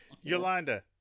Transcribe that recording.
Yolanda